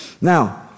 Now